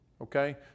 Okay